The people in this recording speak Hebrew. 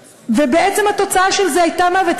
ובעצם התוצאה של זה הייתה מוות,